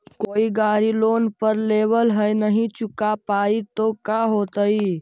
कोई गाड़ी लोन पर लेबल है नही चुका पाए तो का होतई?